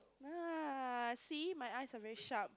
[huh] see my eyes are very sharp